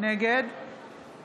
נגד